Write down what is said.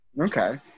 Okay